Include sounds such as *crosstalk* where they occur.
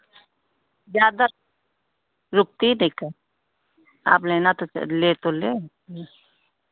ज़्यादा *unintelligible* आप लेना तो ले तो लें